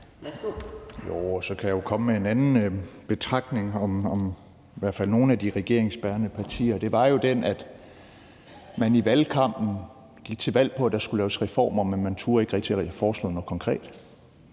og så kan jeg jo komme med en anden betragtning om i hvert fald nogle af de regeringsbærende partier, nemlig den, at man i valgkampen gik til valg på, at der skulle laves reformer, men man turde ikke rigtig foreslå noget konkret.